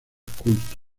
culto